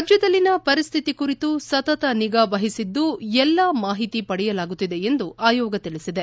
ರಾಜ್ಲದಲ್ಲಿನ ಪರಿಸ್ಥಿತಿ ಕುರಿತು ಸತತ ನಿಗಾ ವಹಿಸಿದ್ದು ಎಲ್ಲಾ ಮಾಹಿತಿ ಪಡೆಯಲಾಗುತ್ತಿದೆ ಎಂದು ಆಯೋಗ ತಿಳಿಸಿದೆ